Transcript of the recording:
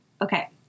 Okay